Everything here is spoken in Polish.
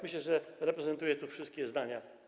Myślę, że reprezentuję tu wszystkie zdania.